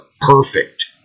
perfect